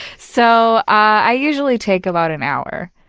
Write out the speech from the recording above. so, i usually take about an hour.